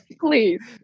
please